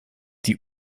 die